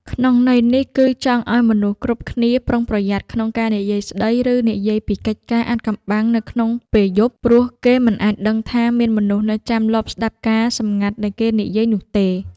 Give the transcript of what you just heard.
ក្នុងន័យនេះ គឺចង់ឲ្យមនុស្សគ្រប់គ្នាប្រុងប្រយ័ត្នក្នុងការនិយាយស្តី ឬនិយាយពីកិច្ចការអាថ៌កំបាំងនៅក្នុងពេលយប់ ព្រោះគេមិនអាចដឹងថាមានមនុស្សនៅចាំលបស្តាប់ការណ៍សម្ងាត់ដែលគេនិយាយនោះទេ។